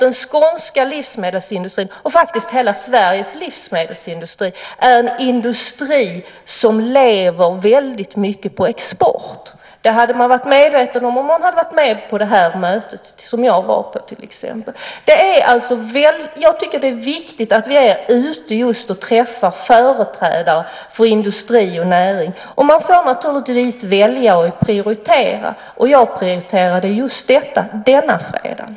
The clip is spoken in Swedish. Den skånska livsmedelsindustrin, och faktiskt hela Sveriges livsmedelsindustri, är en industri som lever mycket på export. Det hade man varit medveten om om man varit med på det möte som jag var på. Jag tycker att det är viktigt att vi är ute och träffar företrädare för industri och näring. Man får naturligtvis välja och prioritera. Jag prioriterade detta just den fredagen.